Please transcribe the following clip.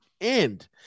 end